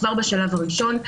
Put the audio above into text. כבר בשלב הראשון,